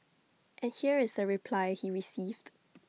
and here is the reply he received